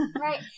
right